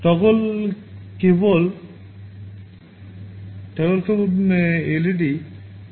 toggle কেবল led